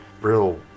real